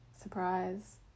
Surprise